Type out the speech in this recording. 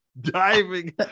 diving